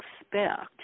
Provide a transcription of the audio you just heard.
expect